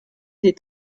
des